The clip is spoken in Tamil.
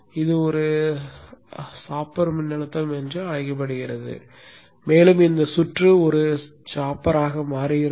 எனவே இது ஒரு சாப்பர் மின்னழுத்தம் என்று அழைக்கப்படுகிறது மேலும் இந்த சுற்று ஒரு சாப்பராக மாறுகிறது